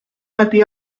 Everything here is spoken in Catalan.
matí